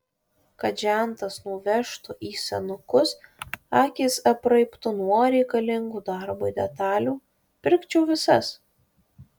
kad žentas nuvežtų į senukus akys apraibtų nuo reikalingų darbui detalių pirkčiau visas